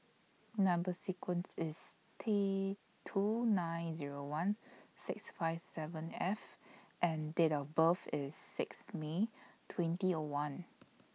Number sequence IS T two nine Zero one six five seven F and Date of birth IS six May twenty one